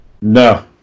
No